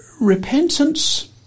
repentance